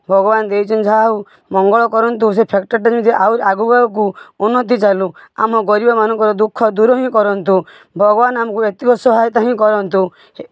ଭଗବାନ ଦେଇଛନ୍ତି ଯାହାହେଉ ମଙ୍ଗଳ କରନ୍ତୁ ସେଇ ଫ୍ୟାକ୍ଟରୀଟା ଯେମିତି ଆହୁରି ଆଗକୁ ଆଗକୁ ଉନ୍ନତି ଚାଲୁ ଆମ ଗରିବ ମାନଙ୍କର ଦୁଃଖ ଦୂର ହିଁ କରନ୍ତୁ ଭଗବାନ ଆମକୁ ହେତିକି ସହାୟତା ହିଁ କରନ୍ତୁ